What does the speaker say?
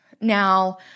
Now